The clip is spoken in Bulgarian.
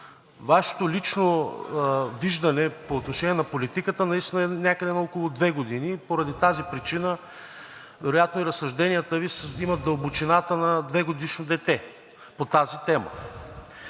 Вашето лично виждане по отношение на политиката наистина е някъде на около две години и поради тази причина вероятно и разсъжденията Ви имат дълбочината на двегодишно дете по тази тема.